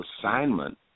assignment